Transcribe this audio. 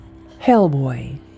Hellboy